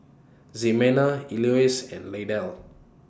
Zimena Elois and Lydell